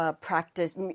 practice